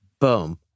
Boom